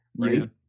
Right